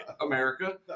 America